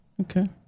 Okay